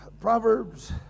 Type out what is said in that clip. Proverbs